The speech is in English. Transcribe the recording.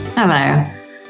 Hello